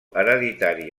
hereditari